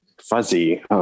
Fuzzy